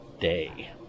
Day